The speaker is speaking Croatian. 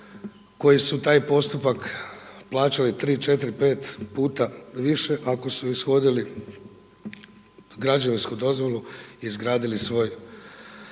koji su taj postupak plaćali 3, 4, 5 puta više ako su ishodili građevinsku dozvolu i izgradili svoj